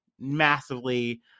massively